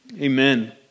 Amen